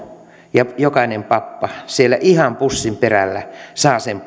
ja jokainen pappa siellä ihan pussinperällä saa sen